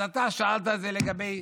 אז אתה שאלת את זה לגבי